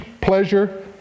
pleasure